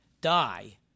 die